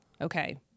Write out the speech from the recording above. Okay